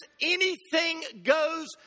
anything-goes